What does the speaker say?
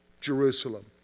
Jerusalem